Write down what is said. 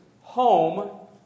home